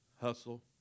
hustle